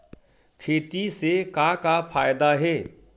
खेती से का का फ़ायदा हे?